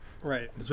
Right